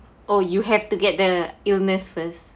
oh you have to get the illness first